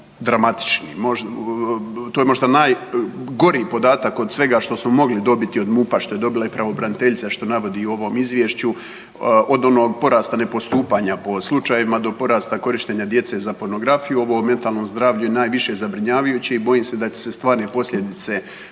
To je možda najgori podatak od svega što smo mogli dobiti od MUP-a što je dobila i pravobraniteljica što navodi i u ovom Izvješću od onog porasta nepostupanja po slučajevima do porasta korištenja djece za pornografiju. U ovom mentalnom zdravlju je najviše zabrinjavajuće i bojim se da će se stvarne posljedice